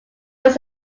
was